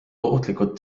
ohtlikud